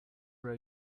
are